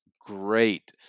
great